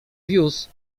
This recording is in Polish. wiózł